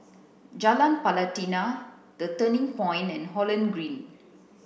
Jalan Pelatina The Turning Point and Holland Green